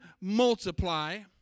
multiply